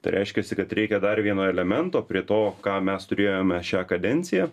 tai reiškiasi kad reikia dar vieno elemento prie to ką mes turėjome šią kadenciją